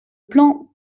plan